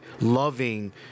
loving